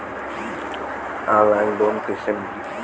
Online loan कइसे मिली?